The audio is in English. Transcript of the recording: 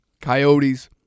Coyotes